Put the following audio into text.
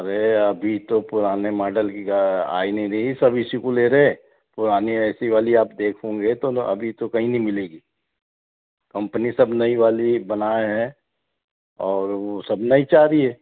अरे अभी तो पुराने मॉडल की नहीं रही है सब इसी को ले रे पुरानी ऐसी वाली आप देखोंगे तो अभी तो कहीं नहीं मिलेगी कंपनी सब नई वाली बनाए है और वो सब नहीं चाह रही है